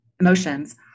emotions